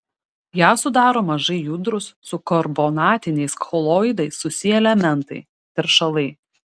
ją sudaro mažai judrūs su karbonatiniais koloidais susiję elementai teršalai